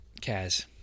Kaz